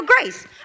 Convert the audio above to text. Grace